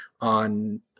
on